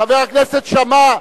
חבר הכנסת שאמה.